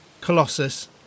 Colossus